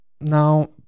Now